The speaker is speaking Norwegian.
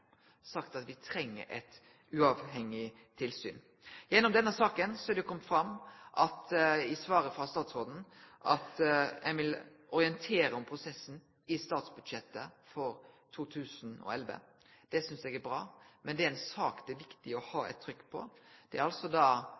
sagt at me treng eit uavhengig tilsyn. I denne saka er det i svaret frå statsråden kome fram at ein vil orientere om prosessen i statsbudsjettet for 2011. Det synest eg er bra. Men det er ei sak det er viktig å ha trykk på. Det var altså